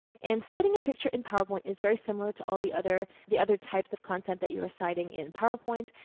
and citing a picture in powerpoint is very similar to all the other, the other types of content that you are citing in powerpoint.